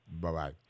Bye-bye